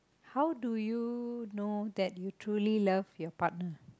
how do you know that you truly love your partner